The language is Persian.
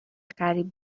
قریب